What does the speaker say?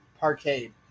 Parkade